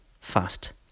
fast